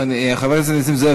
חבר הכנסת נסים זאב,